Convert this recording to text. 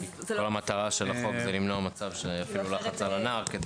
מטרת החוק היא למנוע מצב שבו יפעילו לחץ על הנער.